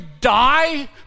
die